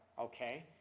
okay